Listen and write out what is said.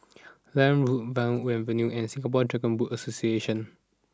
Liane Road Yarwood Avenue and Singapore Dragon Boat Association